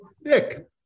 Nick